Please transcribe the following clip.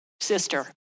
sister